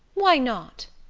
why not?